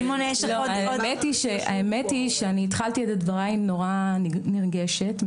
האמת היא שאני התחלתי בדבריי נורא נרגשת,